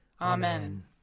Amen